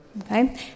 Okay